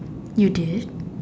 you did